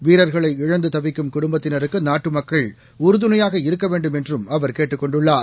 வீரர்களை இழந்து தவிக்கும் குடும்பத்தினருக்கு நாட்டு மக்கள் உறுதுணையாக இருக்க வேண்டும் என்றும் அவர் கேட்டுக் கொண்டுள்ளார்